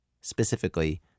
specifically